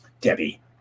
Debbie